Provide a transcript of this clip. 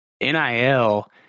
NIL